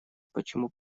почему